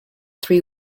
three